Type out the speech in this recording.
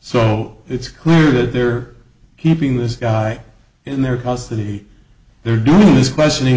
so it's clear that they're keeping this guy in their custody they're doing this questioning